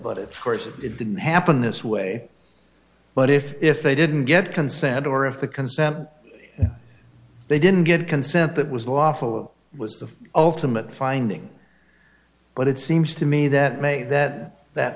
but of course it didn't happen this way but if they didn't get consent or if the consent they didn't get consent that was lawful was the ultimate finding but it seems to me that maybe that that